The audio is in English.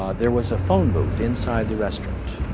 um there was a phone booth inside the restaurant,